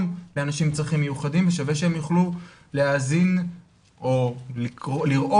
לאנשים עם צרכים מיוחדים ושווה שהם יוכלו להאזין או לראות